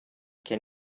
can